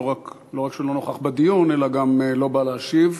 לא רק שהוא לא נכח בדיון, אלא הוא גם לא בא להשיב.